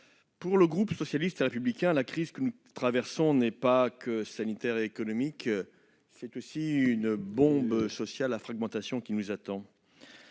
pour le groupe socialiste et républicain, la crise que nous traversons n'est pas seulement une crise sanitaire et économique ; c'est aussi une bombe sociale à fragmentation. Les mesures